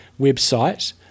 website